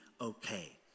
okay